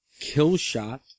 Killshot